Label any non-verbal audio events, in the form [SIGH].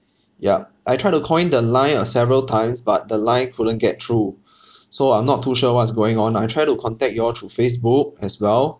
yup I tried to call in the line a several times but the line couldn't get through [BREATH] so I'm not too sure what's going on I try to contact you all through Facebook as well